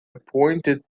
appointed